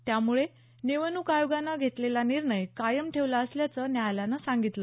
त्यामुळे निवडणूक आयोगानं घेतलेला निर्णय कायम ठेवला असल्याचं न्यायालयानं सांगितलं